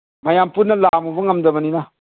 ꯃꯌꯥꯝ ꯄꯨꯟꯅ ꯂꯥꯝꯃꯨꯕ ꯉꯝꯗꯕꯅꯤꯅ